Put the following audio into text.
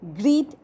greed